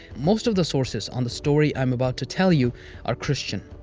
most of the sources on the story i'm about to tell you are christian.